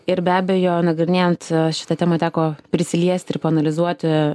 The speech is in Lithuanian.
ir be abejo nagrinėjant šitą temą teko prisiliesti ir paanalizuoti